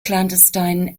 clandestine